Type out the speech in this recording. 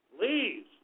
Please